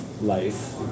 life